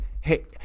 hey